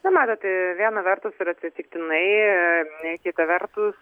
na matot viena vertus ir atsitiktinai kita vertus